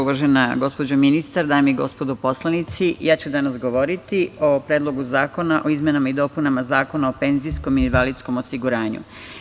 Uvažena gospođo ministar, dame i gospodo poslanici, ja ću danas govoriti o Predlogu zakona o izmenama i dopunama Zakona o penzijskom i invalidskom osiguranju.